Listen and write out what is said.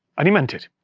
and he meant it.